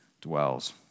dwells